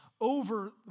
over